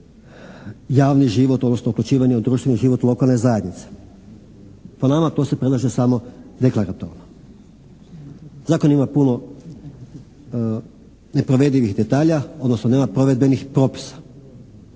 javni život odnosno uključivanje u društveni život lokalne zajednice. Po nama to se predlaže samo deklaratorno. Zakon ima puno neprovedivih detalja odnosno nema provedbenih propisa.